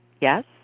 Yes